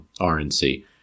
RNC